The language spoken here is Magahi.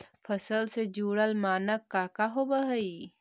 फसल से जुड़ल मानक का का होव हइ?